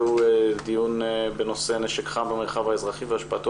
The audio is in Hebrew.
הדיון בנושא: נשק חם במרחב האזרחי והשפעתו